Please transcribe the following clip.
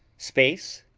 space,